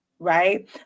Right